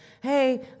Hey